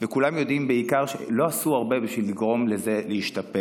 וכולם יודעים בעיקר שלא עשו הרבה בשביל לגרום לזה להשתפר.